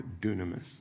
dunamis